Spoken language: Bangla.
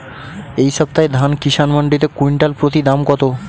এই সপ্তাহে ধান কিষান মন্ডিতে কুইন্টাল প্রতি দাম কত?